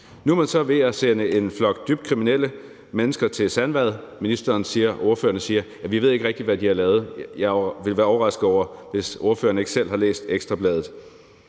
Nu er man så ved at sende en flok dybt kriminelle mennesker til Sandvad, og ministeren og ordførerne siger, at vi ikke rigtig ved, hvad de har lavet. Jeg ville være overrasket over det, hvis ordføreren ikke selv har læst Ekstra Bladet.